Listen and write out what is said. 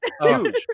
Huge